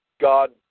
God